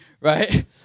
right